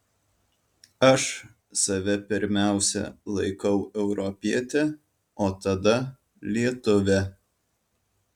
aš save pirmiausia laikau europiete o tada lietuve